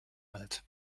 alt